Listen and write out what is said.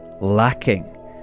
lacking